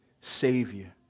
savior